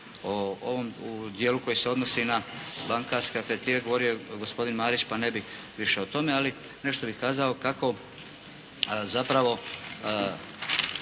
U dijelu koji se odnosi na bankarske kriterije govorio je gospodin Marić pa ne bih više o tome ali nešto bih kazao kako zapravo